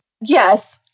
yes